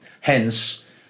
Hence